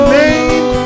name